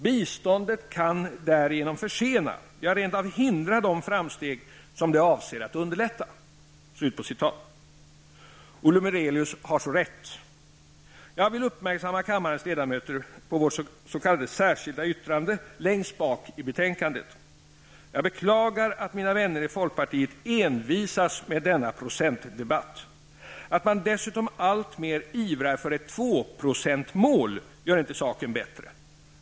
Biståndet kan därigenom försena, ja, rent av hindra de framsteg som det avser att underlätta.'' Olle Murelius har så rätt. Jag vill uppmärksamma kammarens ledamöter på vårt s.k. särskilda yttrande, längst bak i betänkandet. Jag beklagar att mina vänner i folkpartiet envisas med denna procentdebatt. Att man dessutom alltmer ivrar för ett tvåprocentsmål, gör inte saken bättre.